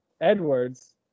Edwards